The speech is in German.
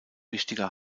wichtiger